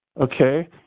Okay